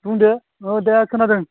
बुंदो औ दे खोनादों